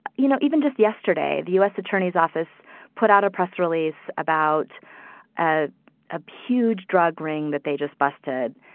you know, even just yesterday, the u s. attorney's office put out a press release about ah a huge drug ring that they just busted.